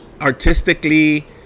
artistically